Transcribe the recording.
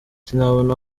sinabona